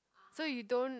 so you don't